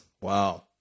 Wow